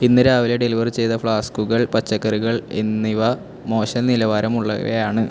ഇന്ന് രാവിലെ ഡെലിവർ ചെയ്ത ഫ്ലാസ്കുകൾ പച്ചക്കറികൾ എന്നിവ മോശം നിലവാരമുള്ളവയാണ്